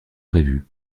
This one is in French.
prévue